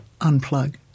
unplug